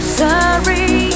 sorry